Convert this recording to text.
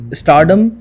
stardom